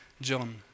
John